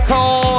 Call